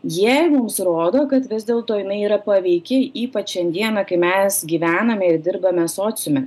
jie mums rodo kad vis dėlto jinai yra paveiki ypač šiandieną kai mes gyvename ir dirbame sociume